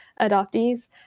adoptees